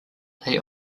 they